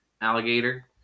alligator